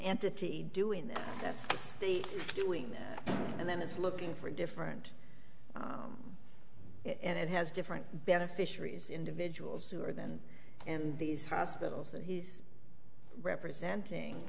entity doing that that's doing that and then it's looking for different and it has different beneficiaries individuals who are then and these hospitals are representing